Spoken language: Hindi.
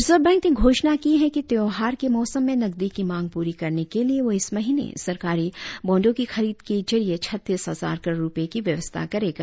रिजर्व बैंक ने घोषणा की है कि त्यौहार के मौसम में नकदी की मांग पूरी करने के लिए वह इस महीने सरकारी बांडो की खरीद के जरिए छत्तीस हजार करोड़ रुपये की व्यवस्था करेगा